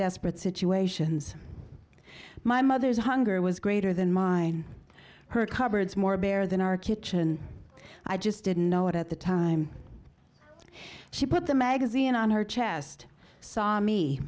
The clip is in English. desperate situations my mother's hunger was greater than mine her cupboards more bare than our kitchen i just didn't know it at the time she put the magazine on her chest saw me